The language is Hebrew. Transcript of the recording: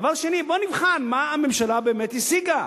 דבר שני, בוא נבחן מה הממשלה באמת השיגה.